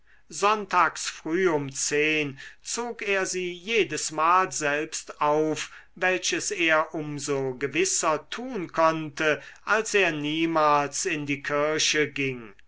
sonntags früh um zehn zog er sie jedesmal selbst auf welches er um so gewisser tun konnte als er niemals in die kirche ging